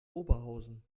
oberhausen